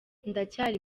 ndacyari